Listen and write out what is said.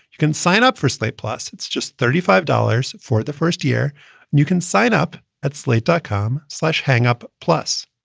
you can sign up for slate. plus, it's just thirty five dollars for the first year and you can sign up at slate dot com. such hang up. plus